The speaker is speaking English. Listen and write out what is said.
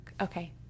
Okay